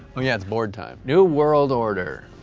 oh yeah, it's board time. new world order.